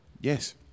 Yes